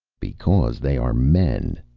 because they are men,